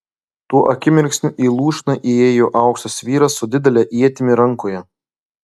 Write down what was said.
tuo akimirksniu į lūšną įėjo aukštas vyras su didele ietimi rankoje